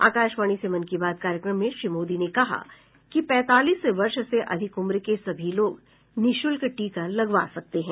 आकाशवाणी से मन की बात कार्यक्रम में श्री मोदी ने कहा कि पैंतालीस वर्ष से अधिक उम्र के सभी लोग निशुल्क टीका लगवा सकते हैं